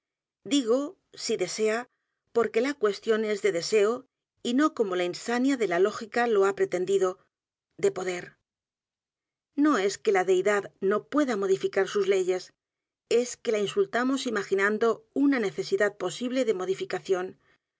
digo si desea porque la cuestión es de deseo y no como la insania de la lógica lo ha pretendido de poder no es que la deidad no pueda modificar sus leyes es q u é la insultamos imaginando una necesidad posible de modificación